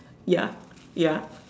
ya ya